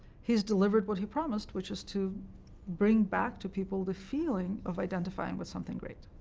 he has delivered what he promised, which is to bring back to people the feeling of identifying with something great.